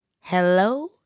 Hello